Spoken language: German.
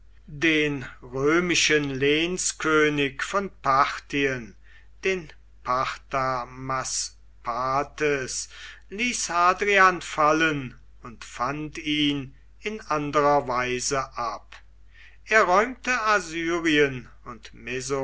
den römischen lehnskönig von parthien den parthamaspates ließ hadrian fallen und fand ihn in anderer weise ab er räumte assyrien und